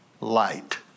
light